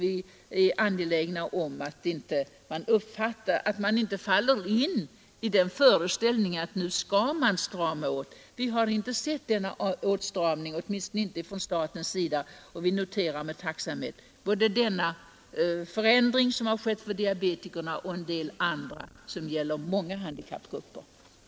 Vi är angelägna om att man Särskild polisverkinte faller in i den föreställningen att nu skall man strama åt. Vi har inte samhet för hindsett några tecken till sådan åtstramning, åtminstone inte från statens sida, rande och uppdaganutan vi noterar med tacksamhet den positiva inställningen beträffande de av brott mot både diabetiker och många andra handikappgrupper. RR säkerhet